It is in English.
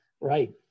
right